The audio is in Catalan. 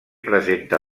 presenta